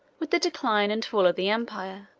with the decline and fall of the empire,